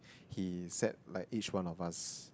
he said like each one of us